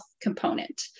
component